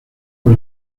por